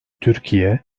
türkiye